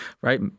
Right